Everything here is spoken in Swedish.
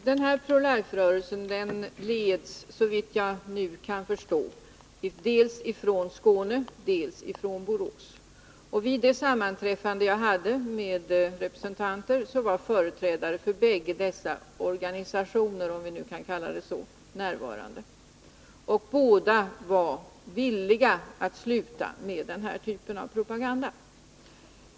Herr talman! Pro Life-rörelsen leds såvitt jag kan förstå dels från Skåne, dels från Borås. Vid det sammanträffande vi hade var företrädare för båda dessa organisationer — om vi kan kalla dem det — närvarande. Båda var villiga att sluta med den här typen av propaganda.